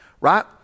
right